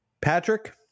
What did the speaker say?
Patrick